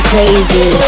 Crazy